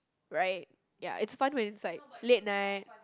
right ya it's fun when it's like late night